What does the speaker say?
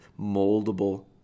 moldable